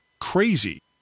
crazy